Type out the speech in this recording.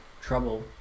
trouble